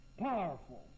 powerful